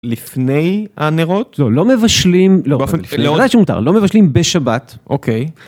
לפני הנרות לא מבשלים לא מבשלים בשבת אוקיי.